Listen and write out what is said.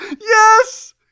Yes